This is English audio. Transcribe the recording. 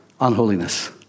unholiness